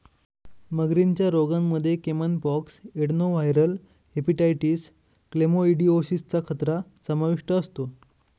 मगरींच्या रोगांमध्ये caiman pox, adenoviral hepatitis, chlamydiosis चा खतरा समाविष्ट असतो